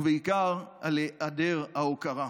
ובעיקר על היעדר ההוקרה.